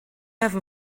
have